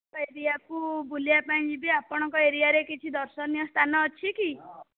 ଏରିଆକୁ ବୁଲିବା ପାଇଁ ଯିବି ଆପଣଙ୍କ ଏରିଆରେ କିଛି ଦର୍ଶନୀୟ ସ୍ଥାନ ଅଛି କି